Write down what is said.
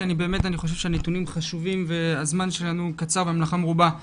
אני חושב שהנתונים חשובים והזמן שלנו קצר והמלאכה מרובה.